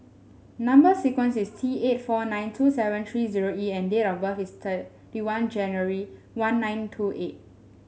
number sequence is T eight four nine two seven three zero E and date of birth is thirty one January one nine two eight